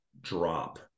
drop